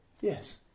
Yes